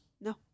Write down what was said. No